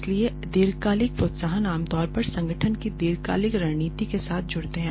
इसलिए दीर्घकालिक प्रोत्साहन आमतौर पर संगठन की दीर्घकालिक रणनीति के साथ जुड़ते हैं